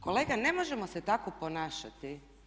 Kolega, ne možemo se tako ponašati.